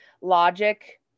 logic